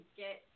get